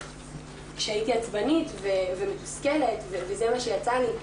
שהייתי עצבנית ומתוסכלת וזה מה שיצא לי.